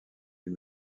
lui